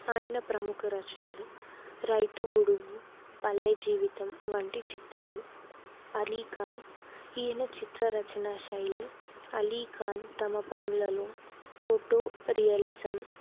ఆయన ప్రముఖ రచనలు రైతు బుడుము పల్లె జీవితం వంటి చిత్రాలు అలీఖాన్ ఈయన చిత్రరచన శైలి అలీఖాన్ తమ పనులలో ఫోటో రియలిజం